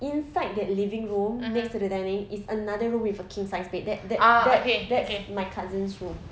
inside that living room next to the dining is another room with a king-sized bed that that that that's my cousin's room